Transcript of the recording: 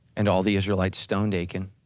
and all the israelites stoned achan